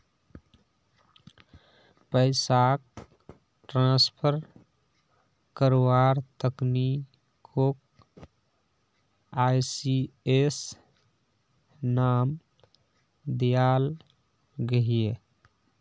पैसाक ट्रान्सफर कारवार तकनीकोक ई.सी.एस नाम दियाल गहिये